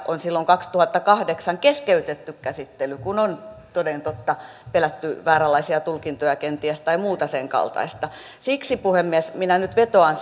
on silloin kaksituhattakahdeksan keskeytetty käsittely kun on toden totta pelätty kenties vääränlaisia tulkintoja tai muuta sen kaltaista siksi puhemies minä nyt vetoan